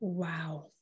wow